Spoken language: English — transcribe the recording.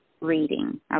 reading